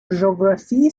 géographie